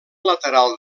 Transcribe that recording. lateral